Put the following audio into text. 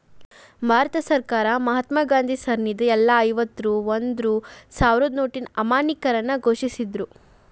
ಭಾರತ ಸರ್ಕಾರ ಮಹಾತ್ಮಾ ಗಾಂಧಿ ಸರಣಿದ್ ಎಲ್ಲಾ ಐವತ್ತ ರೂ ಮತ್ತ ಒಂದ್ ರೂ ಸಾವ್ರದ್ ನೋಟಿನ್ ಅಮಾನ್ಯೇಕರಣ ಘೋಷಿಸಿದ್ರು